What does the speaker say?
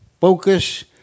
Focus